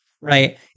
right